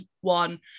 one